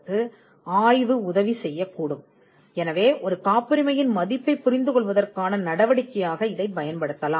எனவே இது ஒரு சமமானதாகும் அல்லது காப்புரிமையின் மதிப்பைப் புரிந்துகொள்வதற்கான ஒரு நடவடிக்கையாக இதைப் பயன்படுத்தலாம்